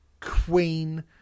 queen